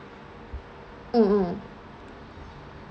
mm mm